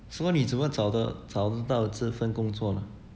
so what 你怎么找的找得到这份工作 lah